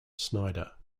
snyder